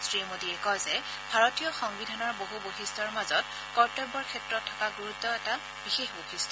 শ্ৰীমোদীয়ে কয় যে ভাৰতীয় সংবিধানৰ বহু বৈশিষ্ট্যৰ মাজত কৰ্তব্যৰ ক্ষেত্ৰত থকা গুৰুত্ব এটা বিশেষ বৈশিষ্ট